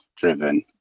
driven